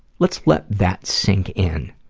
let's let that sink in.